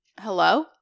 Hello